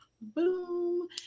Boom